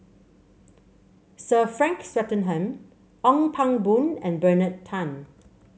Sir Frank Swettenham Ong Pang Boon and Bernard Tan